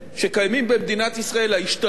ההשתלחות שלוחת הרסן הזו,